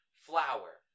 Flower